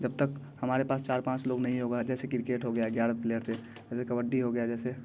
जब तक हमारे पास चार पाँच लोग नहीं होगा जैसे क्रिकेट हो गया है ग्यारह प्लेयर से कबड्डी हो गया जैसे